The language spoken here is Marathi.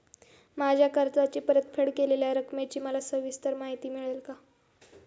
माझ्या कर्जाची परतफेड केलेल्या रकमेची मला सविस्तर माहिती मिळेल का?